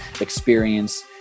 experience